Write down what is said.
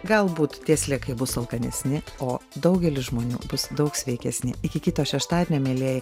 galbūt tie sliekai bus alkanesni o daugelis žmonių bus daug sveikesni iki kito šeštadienio mielieji